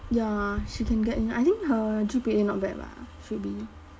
ya she can get in I think her G_P_A not bad bah should be